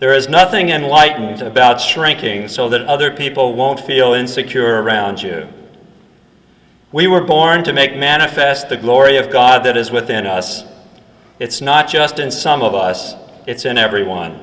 there is nothing enlightened about shrinking so that other people won't feel insecure around you we were born to make manifest the glory of god that is within us it's not just in some of us it's in everyone